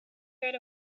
heard